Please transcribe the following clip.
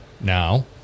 now